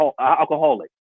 alcoholic